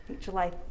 July